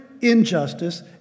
injustice